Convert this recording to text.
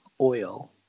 oil